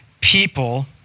people